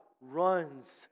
runs